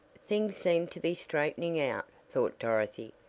things seem to be straightening out, thought dorothy.